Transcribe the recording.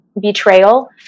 betrayal